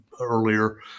earlier